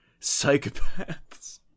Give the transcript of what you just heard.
psychopaths